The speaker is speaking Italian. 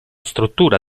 struttura